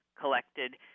collected